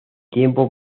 tiempo